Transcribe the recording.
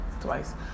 twice